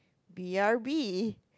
B_R_B